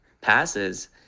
passes